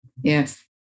Yes